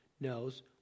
knows